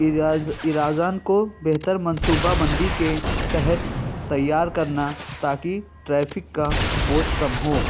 eras ایرازان کو بہتر منصوبہ بندی کے تحت تیار کرنا تا کہ ٹریفک کا بوجھ کم ہو